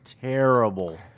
terrible